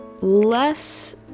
less